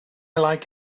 like